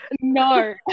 No